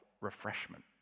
refreshment